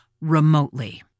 remotely